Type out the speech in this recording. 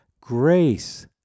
Grace